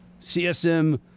CSM